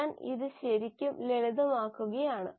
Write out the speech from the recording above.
ഞാൻ ഇത് ശരിക്കും ലളിതമാക്കുകയാണ്